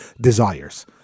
desires